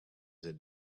that